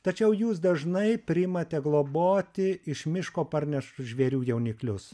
tačiau jūs dažnai priimate globoti iš miško parneštus žvėrių jauniklius